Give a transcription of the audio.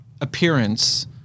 appearance